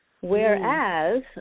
Whereas